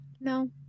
No